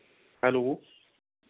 hello